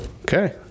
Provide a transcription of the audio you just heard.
Okay